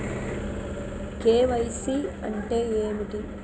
KYC అంటే ఏమిటి?